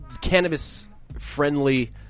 cannabis-friendly